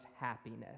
happiness